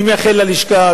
אני מאחל ללשכה,